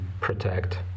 protect